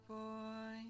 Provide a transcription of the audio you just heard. boy